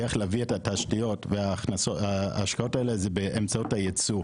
הדרך להביא את התשתיות וההשקעות האלה זה באמצעות הייצוא.